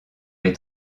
les